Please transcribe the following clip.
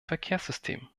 verkehrssystem